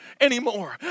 anymore